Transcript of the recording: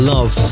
Love